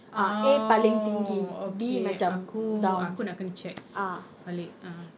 oh okay aku aku nak kena check balik ah